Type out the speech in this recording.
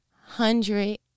hundred